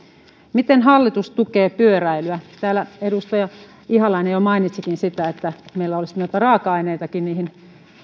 miten hallitus tukee pyöräilyä täällä edustaja ihalainen jo mainitsikin että meillä olisi raaka aineitakin niihin